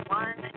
one